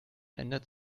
ändert